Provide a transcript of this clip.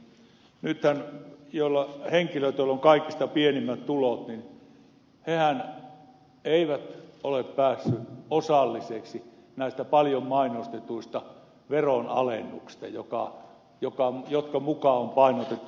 nythän henkilöt joilla on kaikista pienimmät tulot eivät ole päässeet osallisiksi näistä paljon mainostetuista veronalennuksista jotka muka on painotettu pienituloisille